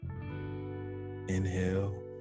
inhale